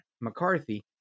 McCarthy